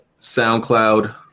soundcloud